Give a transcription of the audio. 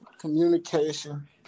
communication